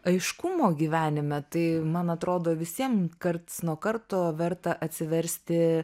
aiškumo gyvenime tai man atrodo visiem karts nuo karto verta atsiversti